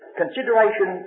consideration